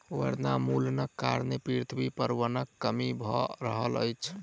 वनोन्मूलनक कारणें पृथ्वी पर वनक कमी भअ रहल अछि